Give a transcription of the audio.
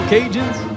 Cajuns